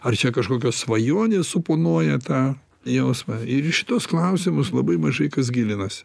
ar čia kažkokios svajonės suponuoja tą jausmą ir į šituos klausimus labai mažai kas gilinasi